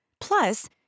Plus